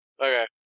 Okay